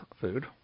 food